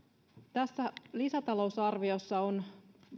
tässä lisätalousarviossa on